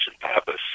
Pappas